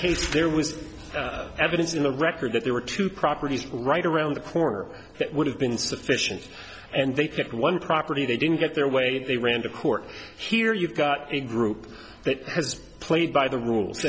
case there was evidence in the record that there were two properties right around the corner that would have been sufficient and they'd get one property they didn't get their way they ran to court here you've got a group that has played by the rules